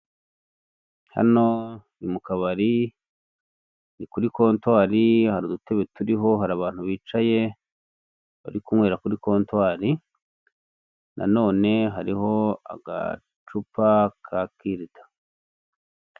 Hano ni mu kabari ni kuri kontwari hari udutebe turiho, hari abantu bicaye bari kunywera kuri kontwari, nanone hariho agacupa ka kirida.